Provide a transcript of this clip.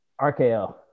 RKL